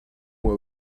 moi